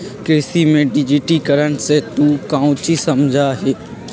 कृषि में डिजिटिकरण से तू काउची समझा हीं?